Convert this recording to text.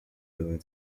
moving